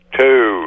two